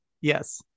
yes